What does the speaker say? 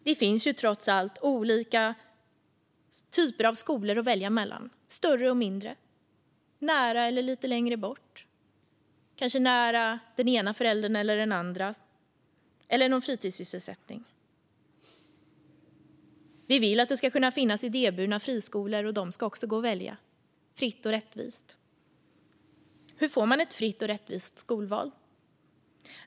Det finns trots allt olika typer av skolor att välja mellan: större och mindre, nära eller lite längre bort, kanske nära den ena eller andra föräldern eller nära en fritidssysselsättning. Vi vill att det ska kunna finnas idéburna friskolor, och de ska också gå att välja fritt och rättvist. Hur får man ett fritt och rättvist skolval?